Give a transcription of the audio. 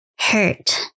hurt